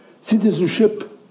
Citizenship